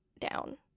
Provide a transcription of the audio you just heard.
down